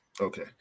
Okay